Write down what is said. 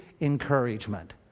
encouragement